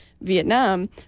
vietnam